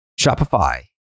Shopify